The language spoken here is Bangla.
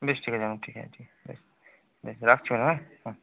বেশ ঠিক আছে ম্যাডাম ঠিক আছে ঠিক আছে বেশ বেশ রাখছি ম্যাডাম হ্যাঁ হুম